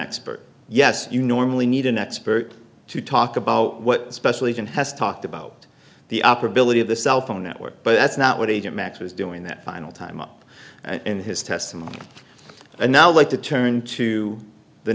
expert yes you normally need an expert to talk about what the special agent has talked about the operability of the cell phone network but that's not what agent max was doing that final time up in his testimony and now like to turn to the